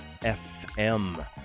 fm